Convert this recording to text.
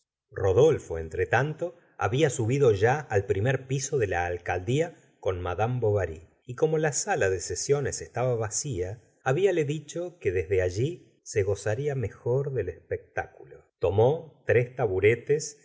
rodolfo entretanto había subido ya al primer piso de la alcaldía con mad bovary y como la sala de sesiones estaba vacía hablale dicho que desde allí se gozaría mejor del espectáculo tomó tres taburetes